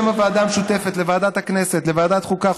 בשם הוועדה המשותפת לוועדת הכנסת ולוועדת החוקה,